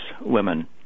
women